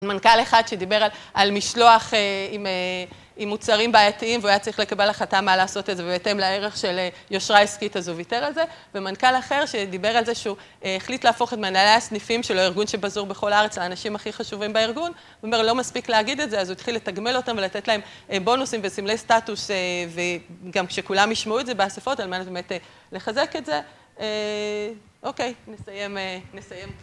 מנכ"ל אחד שדיבר על משלוח עם מוצרים בעייתיים והוא היה צריך לקבל החלטה מה לעשות את זה ובהתאם לערך של יושרה עסקית, אז הוא ויתר על זה. ומנכ"ל אחר שדיבר על זה שהוא החליט להפוך את מנהלי הסניפים של הארגון שבזור בכל הארץ, האנשים הכי חשובים בארגון, הוא אומר, לא מספיק להגיד את זה, אז הוא התחיל לתגמל אותם ולתת להם בונוסים בסמלי סטטוס וגם שכולם ישמעו את זה, באספות על מנת לחזק את זה. אוקיי, נסיים כאן.